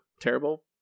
terrible